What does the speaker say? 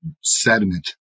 sediment